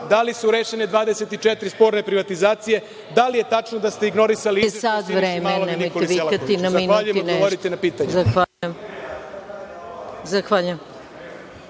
Da li su rešene 24 sporne privatizacije? Da li je tačno da ste ignorisali izveštaj